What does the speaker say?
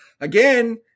Again